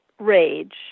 rage